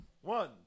One